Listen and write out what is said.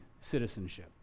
citizenship